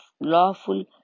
lawful